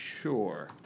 sure